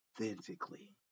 authentically